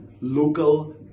local